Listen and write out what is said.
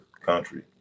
country